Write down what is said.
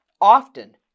often